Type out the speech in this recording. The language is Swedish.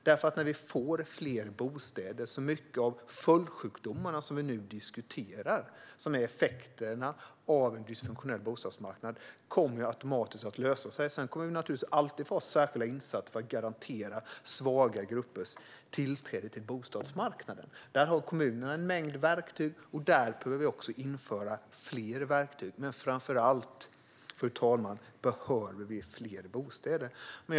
När vi får fler bostäder kommer många av följdsjukdomarna som vi nu diskuterar och som är effekten av en dysfunktionell bostadsmarknad automatiskt att lösa sig. Vi kommer alltid att få ha särskilda insatser för att garantera svaga gruppers tillträde till bostadsmarknaden. Där har kommunerna en mängd verktyg, och vi behöver också införa fler verktyg. Men framför allt behöver vi fler bostäder, fru talman.